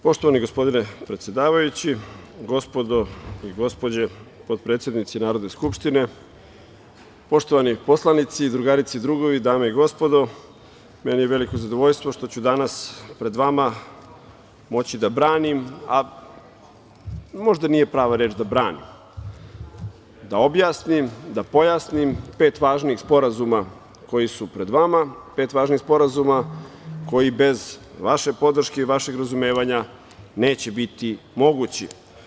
Poštovani gospodine predsedavajući, gospodo i gospođe potpredsednici Narodne skupštine, poštovani poslanici, drugarice i drugovi, dame i gospodo, veliko mi je zadovoljstvo što ću danas pred vama moći da branim, možda nije prava reč da branim, da objasnim, da pojasnim pet važnih sporazuma koji su pred vama, pet važnih sporazuma koji bez vaše podrške i vašeg razumevanja neće biti mogući.